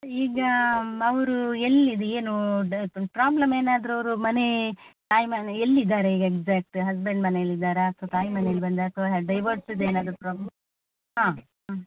ಈಗ ಅವರು ಎಲ್ಲಿದ್ದು ಏನು ಪ್ರಾಬ್ಲಮ್ ಏನಾದರೂ ಅವರು ಮನೆ ತಾಯಿ ಮನೆ ಎಲ್ಲಿದ್ದಾರೆ ಈಗ ಎಕ್ಸಾಕ್ಟ್ ಹಸ್ಬೆಂಡ್ ಮನೆಯಲ್ಲಿ ಇದ್ದಾರಾ ಅಥವಾ ತಾಯಿ ಮನೆಯಲ್ಲಿ ಬಂದ ಅಥವಾ ಡೈವರ್ಸ್ದು ಏನಾದರೂ ಪ್ರಾಬ್ಲಮ್ ಹಾಂ ಹಾಂ